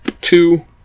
two